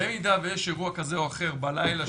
במידה ויש אירוע כזה או אחר בלילה,